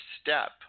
step